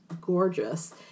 gorgeous